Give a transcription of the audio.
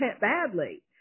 badly